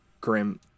grim